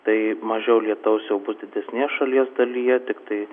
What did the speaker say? tai mažiau lietaus jau bus didesnėje šalies dalyje tiktai